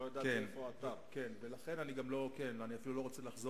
לא לגבי אכיפה ולא לגבי שום דבר